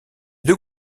deux